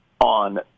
on